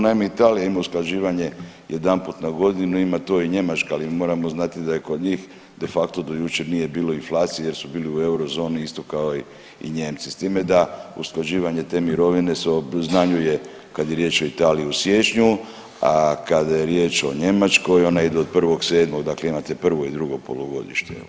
Naime, Italija ima usklađivanje jedanput na godinu, ima to i Njemačka, ali moramo znati da je kod njih de facto do jučer nije bilo inflacije jer su bili u eurozoni isto kao i Nijemci, s time da usklađivanje te mirovine se obznanjuje kad je riječ o Italiji u siječnju, a kada je riječ o Njemačkoj ona ide od 1.7., dakle imate prvo i drugo polugodište, čisto da.